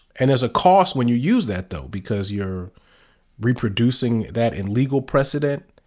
and there's a cost when you use that, though, because you're reproducing that in legal precedent.